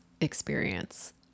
experience